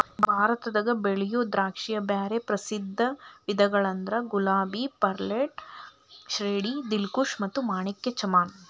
ಭಾರತದಾಗ ಬೆಳಿಯೋ ದ್ರಾಕ್ಷಿಯ ಬ್ಯಾರೆ ಪ್ರಸಿದ್ಧ ವಿಧಗಳಂದ್ರ ಗುಲಾಬಿ, ಪರ್ಲೆಟ್, ಶೇರ್ಡ್, ದಿಲ್ಖುಷ್ ಮತ್ತ ಮಾಣಿಕ್ ಚಮನ್